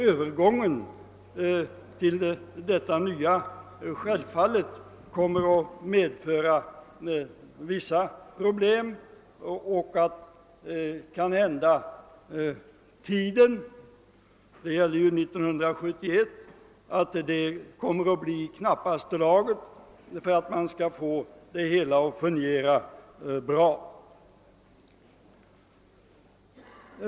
Övergången till den nya ordningen kommer självfallet att medföra vissa problem, och tiden kommer kanhända — det gäller ju här 1971 — att bli i knappaste laget för att man skall få det hela att fungera bra.